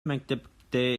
мектепте